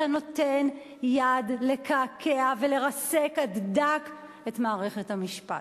אתה נותן יד לקעקע ולרסק עד דק את מערכת המשפט.